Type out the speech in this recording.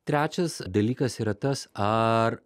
trečias dalykas yra tas ar